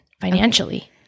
financially